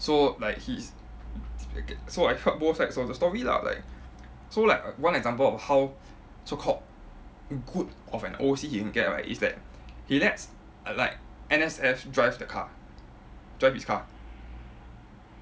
so like he's so I heard both sides of the story lah like so like one example of how so-called good of an O_C he can get right is that he lets like N_S_F drive the car drive his car